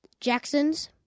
Jackson's